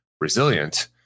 resilient